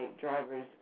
driver's